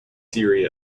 serie